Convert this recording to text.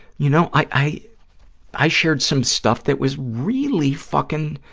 you know, i i shared some stuff that was really fucking,